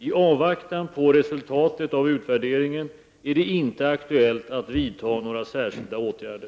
I avvaktan på resultatet av utvärderingen är det inte aktuellt att vidta några särskilda åtgärder.